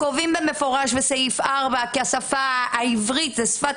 קובעים במפורש בסעיף 4 כי השפה העברית היא שפת